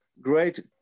great